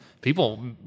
People